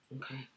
Okay